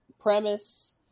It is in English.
premise